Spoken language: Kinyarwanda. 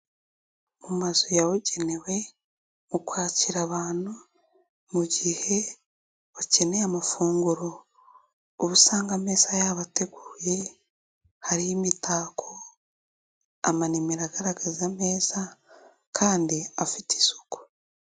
Mu mazu yabugenewe mu kwakira abantu mu gihe bakeneye amafunguro, uba usanga ameza yabo ateguye, hariho imitako, amanimero agaragaza ameza kandi afite isuku.